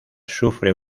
sufre